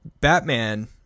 Batman